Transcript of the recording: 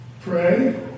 Pray